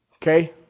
Okay